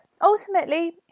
ultimately